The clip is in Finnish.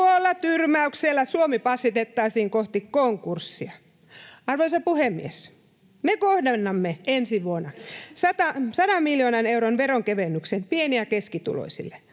Tuolla tyrmäyksellä Suomi passitettaisiin kohti konkurssia. Arvoisa puhemies! Me kohdennamme ensi vuonna sadan miljoonan euron veronkevennyksen pieni- ja keskituloisille,